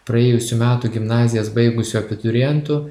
praėjusių metų gimnazijas baigusių abiturientų